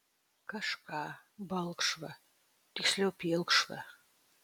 kažką balkšvą tiksliau pilkšvą